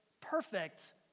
perfect